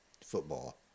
football